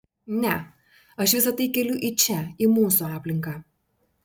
ne aš visa tai keliu į čia į mūsų aplinką